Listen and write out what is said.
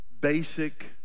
basic